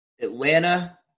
Atlanta